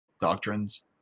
doctrines